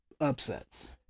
upsets